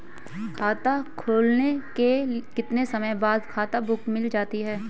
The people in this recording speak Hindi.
खाता खुलने के कितने समय बाद खाता बुक मिल जाती है?